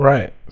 Right